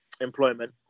employment